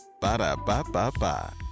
Ba-da-ba-ba-ba